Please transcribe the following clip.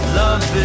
love